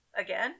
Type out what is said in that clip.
again